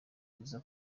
rwiza